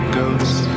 ghosts